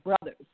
brothers